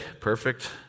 Perfect